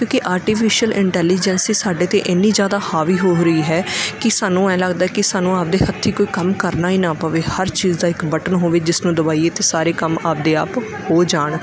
ਕਿਉਂਕਿ artificial intelligence ਸਾਡੇ 'ਤੇ ਇੰਨੀ ਜ਼ਿਆਦਾ ਹਾਵੀ ਹੋ ਰਹੀ ਹੈ ਕਿ ਸਾਨੂੰ ਐਂ ਲੱਗਦਾ ਕਿ ਸਾਨੂੰ ਆਪਦੇ ਹੱਥੀਂ ਕੋਈ ਕੰਮ ਕਰਨਾ ਹੀ ਨਾ ਪਵੇ ਹਰ ਚੀਜ਼ ਦਾ ਇੱਕ ਬਟਨ ਹੋਵੇ ਜਿਸ ਨੂੰ ਦਬਾਈਏ ਤਾਂ ਸਾਰੇ ਕੰਮ ਆਪਦੇ ਆਪ ਹੋ ਜਾਣ